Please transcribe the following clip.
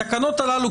התקנות הללו,